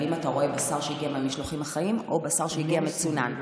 האם אתה רואה בשר שהגיע מהמשלוחים החיים או בשר שהגיע מצונן.